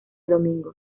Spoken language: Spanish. domingo